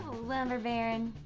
lumber baron.